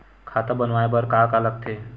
खाता बनवाय बर का का लगथे?